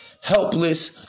helpless